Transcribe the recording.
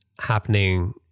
happening